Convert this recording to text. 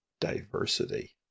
diversity